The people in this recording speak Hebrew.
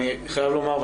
אני חייב לומר,